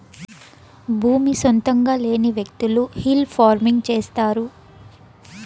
భూమి సొంతంగా లేని వ్యకులు హిల్ ఫార్మింగ్ చేస్తారు